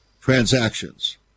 transactions